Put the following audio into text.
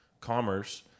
commerce